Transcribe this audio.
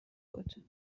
بود